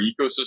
ecosystem